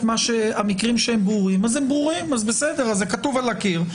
המקרים שברורים, הם ברורים, זה כתוב על הקיר.